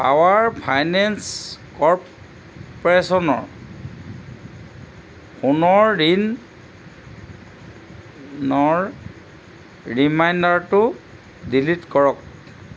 power finance কৰ্প'ৰেশ্যনৰ সোণৰ ঋণ নৰ ৰিমাইণ্ডাৰটো ডিলিট কৰক